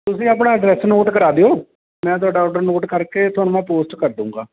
ਤੁਸੀਂ ਆਪਣਾ address note ਕਰਾ ਦਿਓ ਮੈਂ ਤੁਹਾਡਾ ਔਰਡਰ ਨੋਟ ਕਰਕੇ ਤੁਹਾਨੂੰ ਮੈਂ ਪੋਸਟ ਕਰ ਦੂਂਗਾ